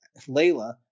Layla